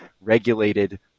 regulated